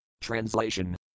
Translation